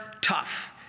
tough